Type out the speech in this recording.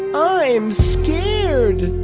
i'm scared!